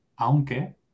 aunque